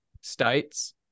states